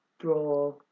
draw